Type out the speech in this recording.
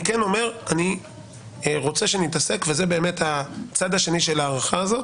אני כן אומר שאני רוצה שנתעסק וזה באמת הצד השני של ההארכה הזאת